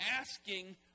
asking